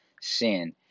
sin